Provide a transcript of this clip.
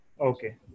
Okay